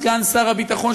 סגן שר הביטחון,